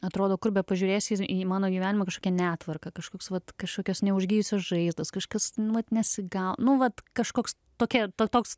atrodo kur bepažiūrėsi z į mano gyvenimą kažkokia netvarka kažkoks vat kažkokios neužgijusios žaizdos kažkas nu vat nesigauna nu vat kažkoks tokia ta toks